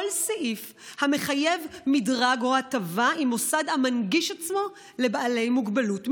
שום סעיף המחייב מדרג או הטבה עם מוסד המנגיש עצמו לבעלי מוגבלות.